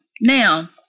Now